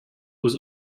was